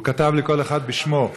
והוא כתב לכל אחד בשמו.